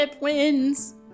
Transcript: wins